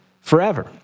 forever